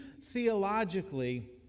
theologically